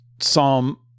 Psalm